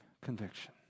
conviction